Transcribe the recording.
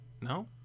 no